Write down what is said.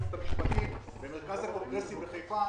המשפטית בנוגע למרכז הקונגרסים בחיפה.